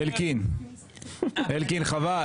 אלקין, חבל.